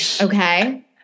Okay